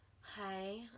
Hi